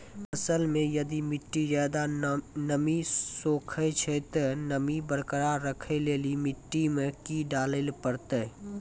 फसल मे यदि मिट्टी ज्यादा नमी सोखे छै ते नमी बरकरार रखे लेली मिट्टी मे की डाले परतै?